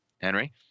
Henry